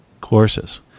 courses